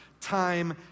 time